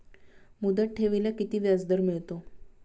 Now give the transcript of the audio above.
मुदत ठेवीला किती व्याजदर मिळतो?